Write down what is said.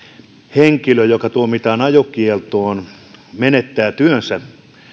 henkilö joka tuomitaan ajokieltoon menettää työnsä